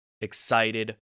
excited